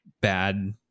bad